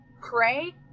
pray